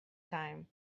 time